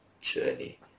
journey